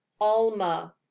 Alma